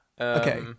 Okay